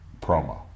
promo